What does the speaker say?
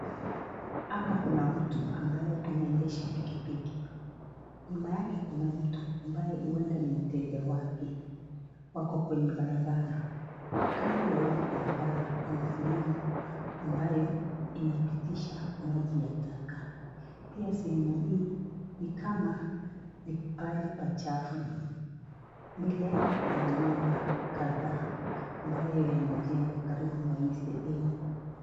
Hapa kuna mtu ambaye anaendesha pikipiki. Nyuma yake kuna mtu ambaye huenda ni mteja wake. Wako kwenye barabara. Kando ya hio barabara, kuna sehemu ambaye inapitisha maji ya taka. Pia sehemu hii, ni kama, ni pahali pachafu. Mbele yake kuna nyumba kadhaa ambayo yamejengwa karibu na hiii sehemu.